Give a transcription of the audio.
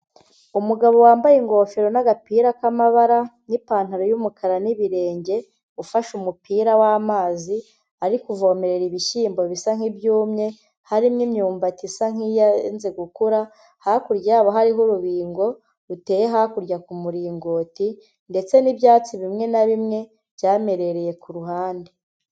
Umugabo wambaye ingofero n'agapira k'amabara n'ipantaro y'umukara n'ibirenge, ufashe umupira w'amazi, ari kuvomerera ibishyimbo bisa nk'ibyumye, harimo imyumbati isa nk'iyanze gukura, hakurya yabo hariho urubingo ruteye hakurya ku muringoti ndetse n'ibyatsi bimwe na bimwe byamerereye ku ruhande.